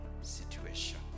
situation